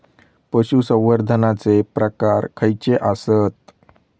पशुसंवर्धनाचे प्रकार खयचे आसत?